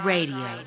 Radio